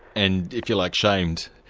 and if you like, shamed.